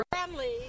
family